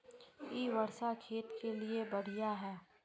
इ वर्षा खेत के लिए बढ़िया है?